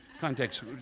Context